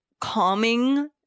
calming